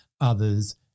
others